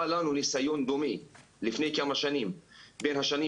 היה לנו ניסיון דומה לפני כמה שנים בין השנים